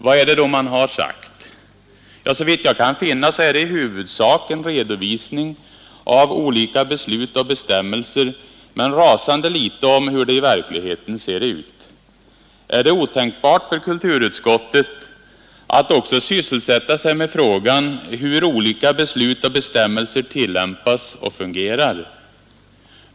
Vad är det då man har sagt? Såvitt jag kan finna är det i huvudsak en redovisning av olika beslut och bestämmelser, men rasande litet om hur det i verkligheten ser ut. Är det otänkbart för kulturutskottet att också sysselsätta sig med frågan hur olika beslut och bestämmelser tillämpas och fungerar?